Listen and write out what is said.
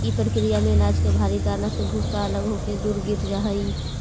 इ प्रक्रिया में अनाज के भारी दाना से भूसा अलग होके दूर गिर जा हई